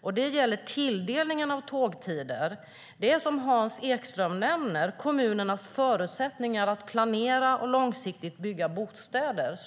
och det gäller tilldelningen av tågtider. Det är det som Hans Ekström nämner, kommunernas förutsättningar att planera långsiktigt och bygga bostäder."